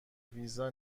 ویزا